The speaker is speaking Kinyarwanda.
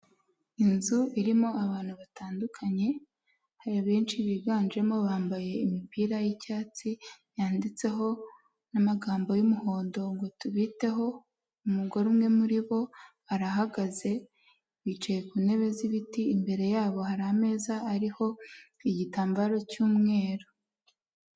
Inzu irimo abantu batandukanye abenshi biganjemo bambaye imipira y'icyatsi yanditseho n'amagambo y'umuhondo ngo tubiteho, umugore umwe muri bo arahagaze, bicaye ku ntebe z'ibiti, imbere yabo hari ameza ariho igitambaro cy'umweru.